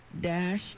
dash